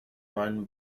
run